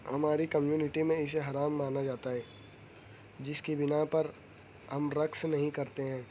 ہماری کمیونٹی میں اسے حرام مانا جاتا ہے جس کی بنا پر ہم رقص نہیں کرتے ہیں